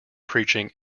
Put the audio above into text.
preaching